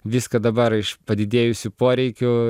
viską dabar iš padidėjusių poreikių